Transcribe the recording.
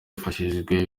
hifashishijwe